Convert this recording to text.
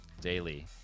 daily